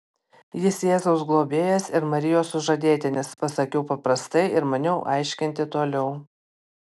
jis jėzaus globėjas ir marijos sužadėtinis pasakiau paprastai ir maniau aiškinti toliau